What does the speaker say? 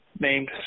named